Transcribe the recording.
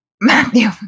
Matthew